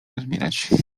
rozbierać